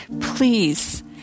please